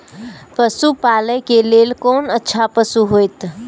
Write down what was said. पशु पालै के लेल कोन अच्छा पशु होयत?